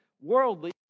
worldly